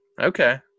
Okay